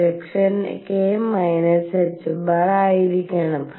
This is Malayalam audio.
പ്രൊജക്ഷൻ k ℏ ആയിരിക്കണം